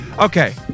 okay